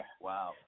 Wow